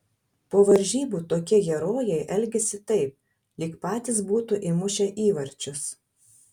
po varžybų tokie herojai elgiasi taip lyg patys būtų įmušę įvarčius